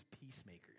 Peacemakers